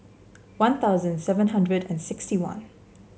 One Thousand seven hundred and sixty one